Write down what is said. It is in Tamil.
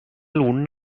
உண்ண